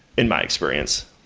in my experience.